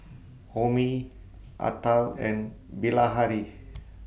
Homi Atal and Bilahari